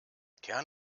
kern